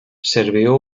serviu